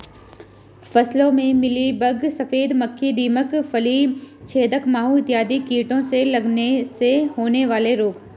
फसलों में मिलीबग, सफेद मक्खी, दीमक, फली छेदक माहू इत्यादि कीटों के लगने से होने वाले रोग हैं